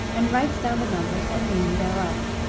and writes down the numbers and meaning thereof.